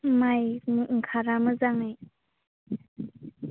माइ ओंखारा मोजाङै